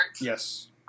Yes